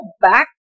back